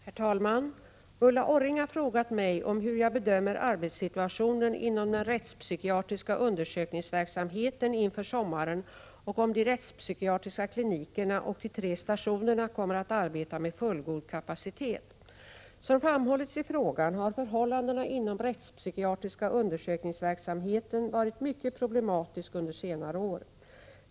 Herr talman! Ulla Orring har frågat mig om hur jag bedömer arbetssituationen inom den rättspsykiatriska undersökningsverksamheten inför sommaren och om de rättspsykiatriska klinikerna och de tre stationerna kommer att arbeta med fullgod kapacitet. Som framhållits i frågan har förhållandena inom rättspsykiatriska undersökningsverksamheten varit mycket problematiska under senare år.